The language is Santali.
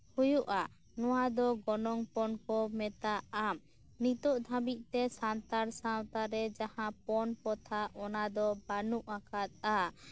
ᱦᱩᱭᱩᱜᱼᱟ ᱱᱚᱣᱟ ᱫᱚ ᱜᱚᱱᱚᱝ ᱯᱚᱱᱼᱠᱚ ᱢᱮᱛᱟᱜᱼᱟ ᱱᱤᱛᱚᱜ ᱫᱷᱟᱹᱵᱤᱡᱛᱮ ᱥᱟᱱᱛᱟᱲ ᱥᱟᱶᱛᱟᱨᱮ ᱡᱟᱦᱟᱸ ᱯᱚᱱ ᱯᱚᱛᱷᱟ ᱚᱱᱟᱫᱚ ᱵᱟᱹᱱᱩᱜ ᱟᱠᱟᱫᱟ